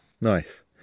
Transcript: nice